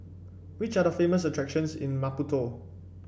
which are the famous attractions in Maputo